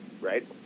right